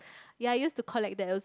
ya I use to collect those